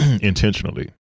Intentionally